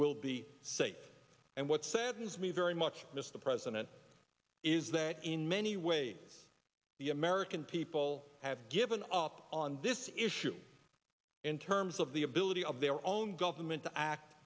will be safe and what saddens me very much mr president is that in many ways the american people have given up on this issue in terms of the ability of their own government to act